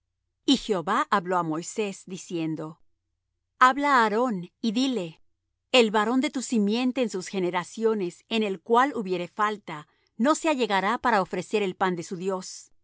y jehová habló á moisés diciendo habla á aarón y dile el varón de tu simiente en sus generaciones en el cual hubiere falta no se allegará para ofrecer el pan de su dios